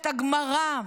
את הגמרא,